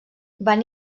van